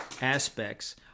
aspects